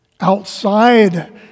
outside